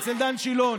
אצל דן שילון.